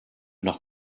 noch